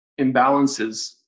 imbalances